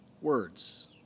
words